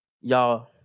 Y'all